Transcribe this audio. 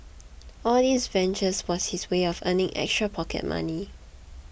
all these ventures was his way of earning extra pocket money